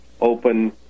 open